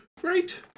Great